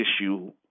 issue